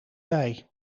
bij